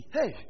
Hey